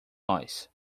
nós